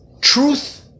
truth